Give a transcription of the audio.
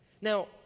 Now